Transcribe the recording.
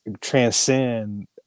transcend